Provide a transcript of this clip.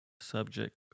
subject